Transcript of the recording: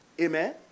Amen